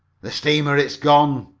the steamer! it's gone!